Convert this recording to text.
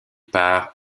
par